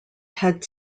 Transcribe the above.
had